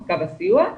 קו הסיוע,